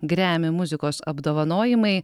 grammy muzikos apdovanojimai